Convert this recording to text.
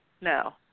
No